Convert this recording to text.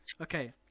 Okay